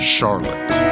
Charlotte